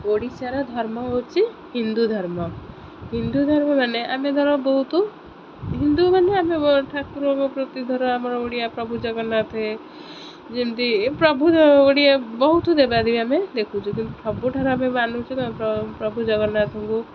ଓଡ଼ିଶାର ଧର୍ମ ହେଉଛି ହିନ୍ଦୁ ଧର୍ମ ହିନ୍ଦୁ ଧର୍ମ ମାନେ ଆମେ ଧର ବହୁତ ହିନ୍ଦୁମାନେ ଆମେ ଠାକୁରଙ୍କ ପ୍ରତି ଧର ଆମର ଓଡ଼ିଆ ପ୍ରଭୁ ଜଗନ୍ନାଥ ଯେମିତି ପ୍ରଭୁ ଓଡ଼ିଆ ବହୁତ ଦେବାଦେବୀ ଆମେ ଦେଖୁଛୁ ଯେମିତି ସବୁଠାରୁ ଆମେ ମାନୁଛୁ ତ ପ୍ରଭୁ ଜଗନ୍ନାଥଙ୍କୁ